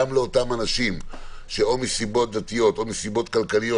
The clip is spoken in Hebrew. גם לאותם אנשים שאו מסיבות דתיות או מסיבות כלכליות,